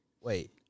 Wait